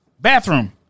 bathroom